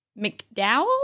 McDowell